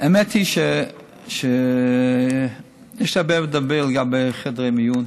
האמת היא שיש הרבה לדבר על חדרי מיון,